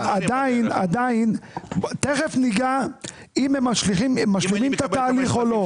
עדיין תיכף ניגע אם הם משלימים את התהליך או לא.